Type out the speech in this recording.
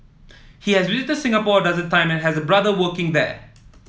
he has visited Singapore a dozen time and has a brother working there